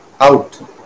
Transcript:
out